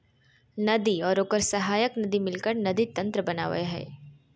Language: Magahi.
नदी और ओकर सहायक नदी मिलकर नदी तंत्र बनावय हइ